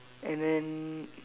and then